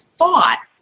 thought